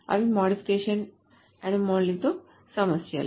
అవి modification anomaly తో సమస్యలు